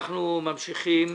אנחנו ממשיכים